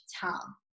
Tom